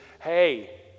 hey